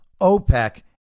OPEC